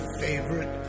favorite